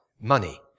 money